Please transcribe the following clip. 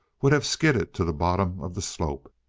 would have skidded to the bottom of the slope.